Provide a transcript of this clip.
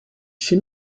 she